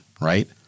right